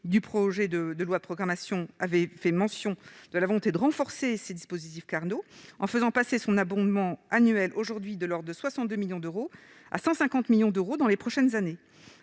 du projet de loi de programmation avait fait mention de la volonté de renforcer les dispositifs Carnot en faisant passer son abondement annuel 62 millions d'euros à 150 millions d'euros dans les prochaines années.